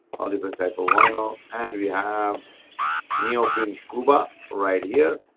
all different type of vinyl. and we have neoprene scuba right here.